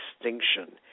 extinction